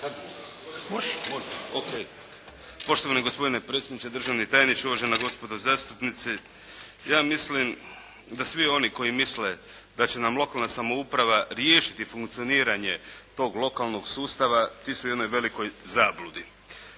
Počnite./ … OK. Poštovani gospodine predsjedniče, državni tajniče, uvažena gospodo zastupnici ja mislim da svi oni koji misle da će nam lokalna samouprava riješiti funkcioniranje tog lokalnog sustava ti su u jednoj velikoj zabludi.